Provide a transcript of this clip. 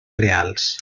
reals